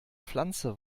pflanze